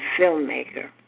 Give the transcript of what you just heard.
filmmaker